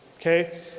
Okay